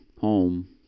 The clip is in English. home